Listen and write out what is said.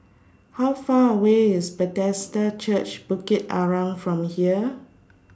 How Far away IS Bethesda Church Bukit Arang from here